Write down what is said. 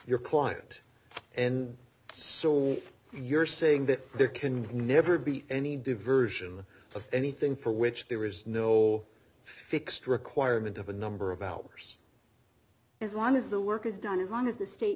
your client and so you're saying that there can never be any diversion of anything for which there is no ready fixed requirement of a number of hours as long as the work is done as long as the state